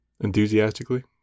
Enthusiastically